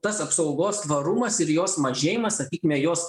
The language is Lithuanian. tas apsaugos tvarumas ir jos mažėjimas sakykime jos